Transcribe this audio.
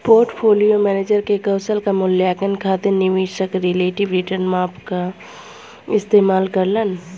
portfolio manager के कौशल क मूल्यांकन खातिर निवेशक रिलेटिव रीटर्न माप क इस्तेमाल करलन